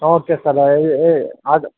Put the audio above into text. okay sir order